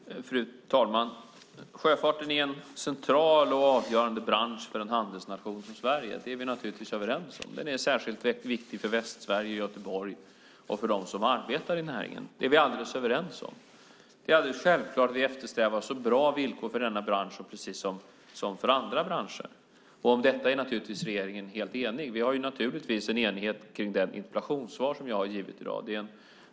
Fru talman! Sjöfarten är en central och avgörande bransch för en handelsnation som Sverige. Särskilt viktig är den för Västsverige och Göteborg och för dem som arbetar i näringen. Det är vi helt överens om. Vi eftersträvar självfallet så bra villkor som möjligt för denna bransch, precis som för andra branscher. Om detta är regeringen helt enig. Vi är naturligtvis eniga om det interpellationssvar som jag har givit i dag.